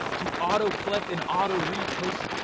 to auto-collect and auto-repost